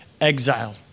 exile